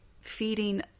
feeding